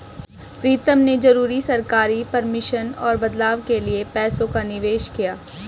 प्रीतम ने जरूरी सरकारी परमिशन और बदलाव के लिए पैसों का निवेश किया